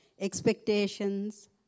expectations